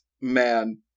man